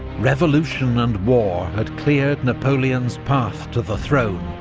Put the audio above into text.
revolution and war had cleared napoleon's path to the throne,